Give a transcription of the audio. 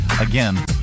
again